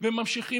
וממשיכים,